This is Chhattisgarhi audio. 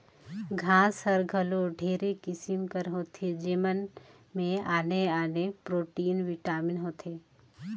घांस हर घलो ढेरे किसिम कर होथे जेमन में आने आने प्रोटीन, बिटामिन होथे